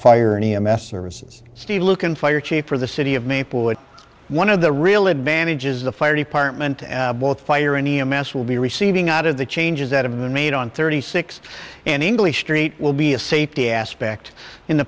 fire an e m f services steve lucan fire chief for the city of maple with one of the real advantages the fire department both fire and e m s will be receiving out of the changes that have been made on thirty six and english street will be a safety aspect in the